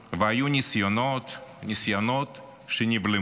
והיו ניסיונות שנבלמו,